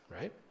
Right